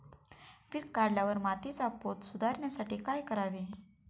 पीक काढल्यावर मातीचा पोत सुधारण्यासाठी काय करावे?